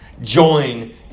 join